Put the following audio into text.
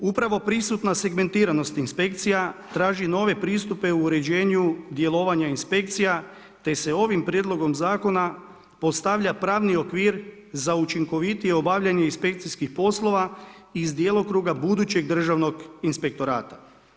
Upravo prisutna segmentiranost inspekcija traži nove pristupe u uređenju djelovanja inspekcija te se ovim prijedlogom zakona postavlja pravni okvir za učinkovitije obavljanje inspekcijskih poslova iz djelokruga budućeg državnog inspektorata.